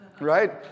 Right